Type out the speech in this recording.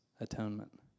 atonement